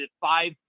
five